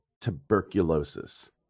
tuberculosis